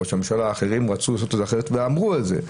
ראש הממשלה, אחרים, רצו לעשות אחרת ואמרו את זה,